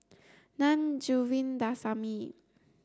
Na Govindasamy